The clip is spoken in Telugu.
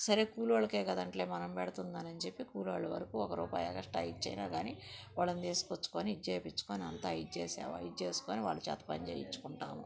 సరే కూలోళ్లకే కదేంట్లే మనం పెడుతుందనని చెప్పి కూలోల వరకు ఒక రూపాయి ఎక్స్ట్రా ఇచ్చయినా కాని వాళ్ళని తీసితెచ్చుకొని ఇది చేపించుకొని అంతా ఇచేసుకొని ఇది చేసుకొని వాళ్ళు చేత పని చేయించుకుంటాము